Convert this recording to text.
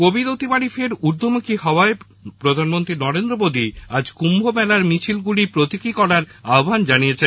Covid অতিমারী ফের ঊর্ধ্বমুখী হওয়ায় প্রধানমন্ত্রী নরেন্দ্র মোদী আজ কুম্ভ মেলার মিছিলগুলি প্রতিকী করার আহ্বান জানিয়েছেন